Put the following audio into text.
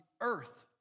earth